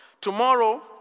Tomorrow